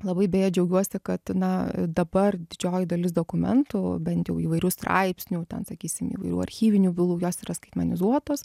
labai beje džiaugiuosi kad na dabar didžioji dalis dokumentų bent jau įvairių straipsnių ten sakysim įvairių archyvinių bylų jos yra skaitmenizuotos